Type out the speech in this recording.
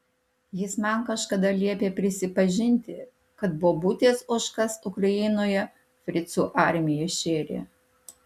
jis man kažkada liepė prisipažinti kad mano bobutės ožkas ukrainoje fricų armija šėrė